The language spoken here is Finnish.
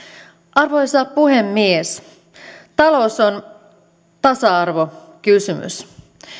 arvoisa puhemies talous on tasa arvokysymys